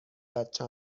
بچه